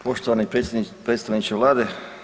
Poštovani predstavničke Vlade.